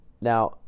now